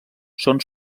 són